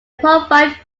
provide